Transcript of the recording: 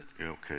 Okay